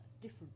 different